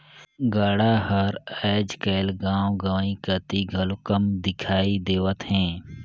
गाड़ा हर आएज काएल गाँव गंवई कती घलो कम दिखई देवत हे